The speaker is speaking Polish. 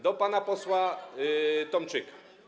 Do pana posła Tomczyka.